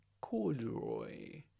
Corduroy